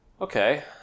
Okay